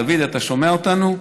דוד, אתה שומע אותנו?